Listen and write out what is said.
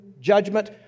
judgment